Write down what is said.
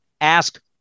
ask